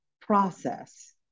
process